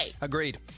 Agreed